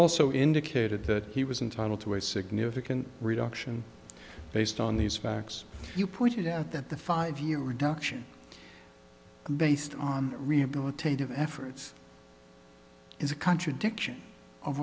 also indicated that he was entitled to a significant reduction based on these facts you pointed out that the five year reduction based on rehabilitative efforts is a contradiction of